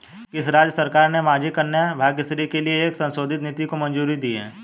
किस राज्य सरकार ने माझी कन्या भाग्यश्री के लिए एक संशोधित नीति को मंजूरी दी है?